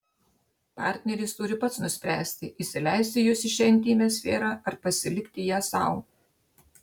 partneris turi pats nuspręsti įsileisti jus į šią intymią sferą ar pasilikti ją sau